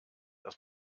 dass